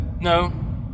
No